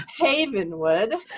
Havenwood